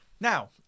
Now